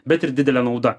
bet ir didelė nauda